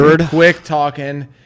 quick-talking